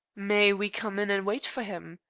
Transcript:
may we come in and wait for him?